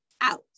out